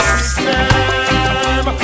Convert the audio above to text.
System